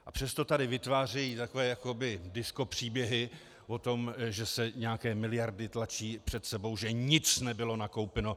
A přesto tady vytvářejí takové jakoby diskopříběhy o tom, že se nějaké miliardy tlačí před sebou, že nic nebylo nakoupeno.